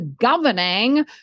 governing